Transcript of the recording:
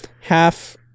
half